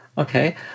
Okay